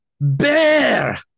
bear